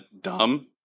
dumb